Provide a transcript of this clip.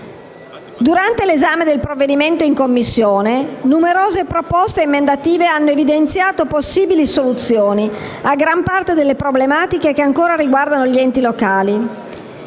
Durante l'esame del provvedimento in Commissione, numerose proposte emendative hanno evidenziato possibili soluzioni a gran parte delle problematiche che ancora riguardano gli enti locali,